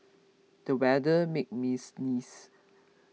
the weather made me sneeze